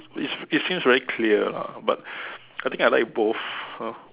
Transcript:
it's it's seen very clear lah but I think I like both orh